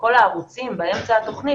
וכל הערוצים באמצע התוכנית,